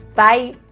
bye.